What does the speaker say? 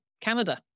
Canada